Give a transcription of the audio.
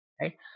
right